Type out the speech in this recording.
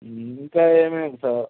ఇంకా ఏమేమిటి సార్